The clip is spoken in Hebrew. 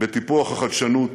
בטיפוח החדשנות